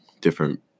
different